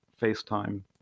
facetime